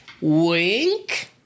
Wink